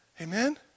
Amen